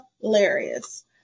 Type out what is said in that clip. hilarious